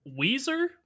Weezer